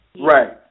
Right